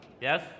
yes